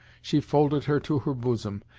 she folded her to her bosom,